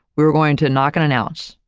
we were going to knock unannounced.